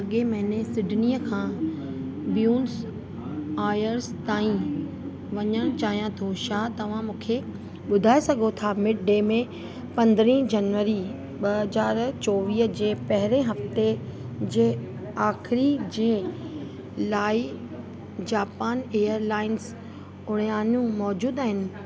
अॻिए महीने सिडनीअ खां ब्यून्स आयर्स ताईं वञण चाहियां थो छा तव्हां मूंखे ॿुधाए सघो था मिड डे में पंद्रहं जनवरी ॿ हज़ार चोवीह जे पहिरें हफ़्ते जे आखिरी जे लाइ जापान एयरलाइंस उड़ियानूं मौजूद आहिनि